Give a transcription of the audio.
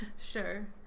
Sure